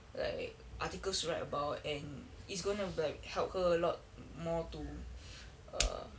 like articles to write about and it's going to like help her a lot more to err